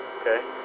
Okay